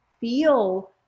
feel